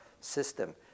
system